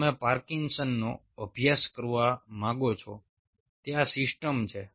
તમે પાર્કિન્સનનો અભ્યાસ કરવા માંગો છો તે આ સિસ્ટમ છે